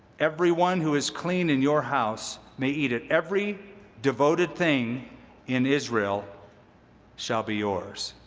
everyone who is clean in your house may eat it. every devoted thing in israel shall be yours